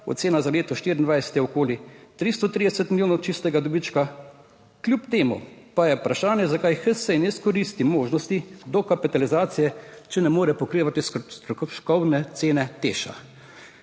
ocena za leto 2024 je okoli 330 milijonov čistega dobička. Kljub temu pa je vprašanje, zakaj HSE ne izkoristi možnosti dokapitalizacije, če ne more pokrivati stroškovne cene Teša?